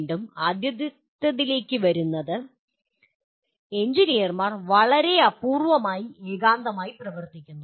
വീണ്ടും ആദ്യത്തേതിലേക്ക് വരുന്നത് എഞ്ചിനീയർമാർ വളരെ അപൂർവമായി ഏകാന്തമായി പ്രവർത്തിക്കുന്നു